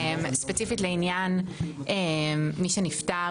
ספציפית לעניין מי שנפטר